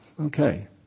Okay